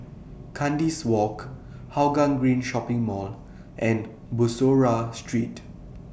Kandis Walk Hougang Green Shopping Mall and Bussorah Street